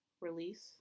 release